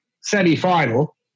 semi-final